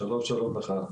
שלום לך.